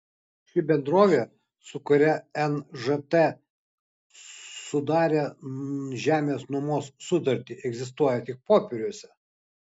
ši bendrovė su kuria nžt sudarė žemės nuomos sutartį egzistuoja tik popieriuose